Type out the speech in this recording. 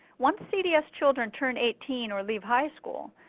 once cds children turn eighteen or leave high school,